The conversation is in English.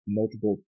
multiple